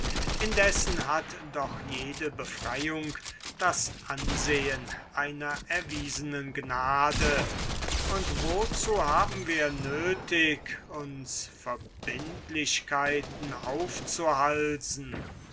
indessen hat doch jede befreiung das ansehen einer erwiesenen gnade und wozu haben wir nötig uns verbindlichkeiten aufzuhalsen